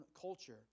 culture